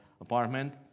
apartment